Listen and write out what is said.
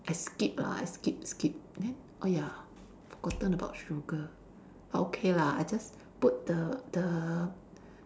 I skip ah I skip skip and then oh ya forgotten about sugar but okay lah I just put the the